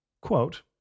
quote